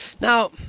Now